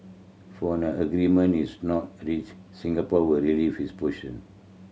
for an agreement is not reached Singapore will review its